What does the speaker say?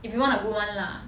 if you want a good one lah